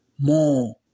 more